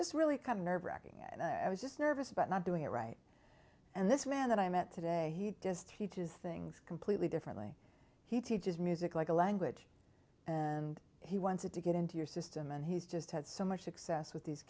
just really kind of nerve racking and i was just nervous about not doing it right and this man that i met today he just he does things completely differently he teaches music like a language and he wanted to get into your system and he's just had so much success with these